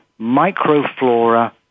microflora